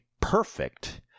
perfect